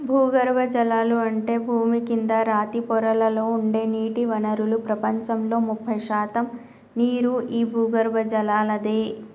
భూగర్బజలాలు అంటే భూమి కింద రాతి పొరలలో ఉండే నీటి వనరులు ప్రపంచంలో ముప్పై శాతం నీరు ఈ భూగర్బజలలాదే